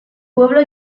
pueblo